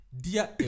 Dear